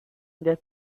their